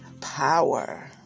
power